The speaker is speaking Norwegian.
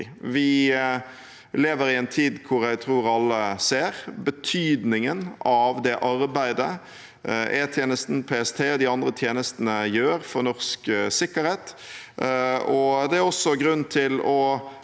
Vi lever i en tid hvor jeg tror alle ser betydningen av det arbeidet E-tjenesten, PST og de andre tjenestene gjør for norsk sikkerhet,